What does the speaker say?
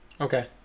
Okay